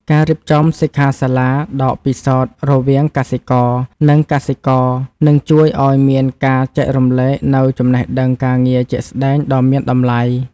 ការរៀបចំសិក្ខាសាលាដកពិសោធន៍រវាងកសិករ និងកសិករនឹងជួយឱ្យមានការចែករំលែកនូវចំណេះដឹងការងារជាក់ស្តែងដ៏មានតម្លៃ។